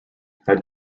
had